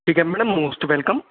ਠੀਕ ਹੈ madam most welcome